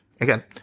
again